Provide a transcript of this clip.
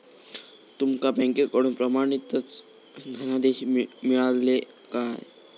तुमका बँकेकडून प्रमाणितच धनादेश मिळाल्ले काय?